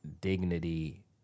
dignity